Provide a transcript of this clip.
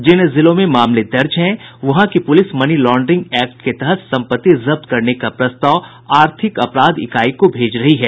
जिन जिलों में मामले दर्ज हैं वहां की पुलिस मनीलॉड्रिंग एक्ट के तहत सम्पत्ति जब्त करने का प्रस्ताव आर्थिक अपराध इकाई को भेज रही है